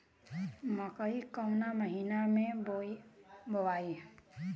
मकई कवना महीना मे बोआइ?